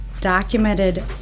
documented